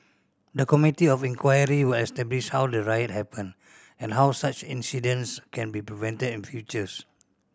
the Committee of Inquiry will establish how the riot happened and how such incidents can be prevented in futures